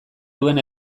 duen